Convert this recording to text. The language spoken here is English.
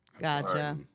Gotcha